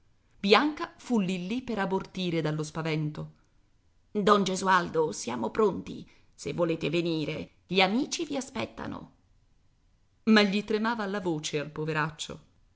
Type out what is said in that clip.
fu lì lì per abortire dallo spavento don gesualdo siamo pronti se volete venire gli amici vi aspettano ma gli tremava la voce al poveraccio